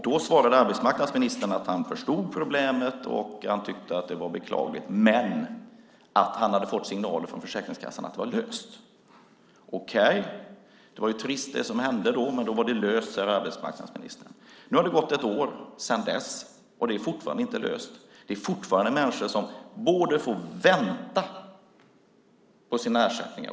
Då svarade arbetsmarknadsministern att han förstod problemet och tyckte att det var beklagligt men att han hade fått signaler från Försäkringskassan om att det var löst. Okej, det var trist det som hände men nu är det löst, sade arbetsmarknadsministern. Sedan dess har det gått ett år, och det är fortfarande inte löst. Fortfarande får människor vänta på sin ersättning.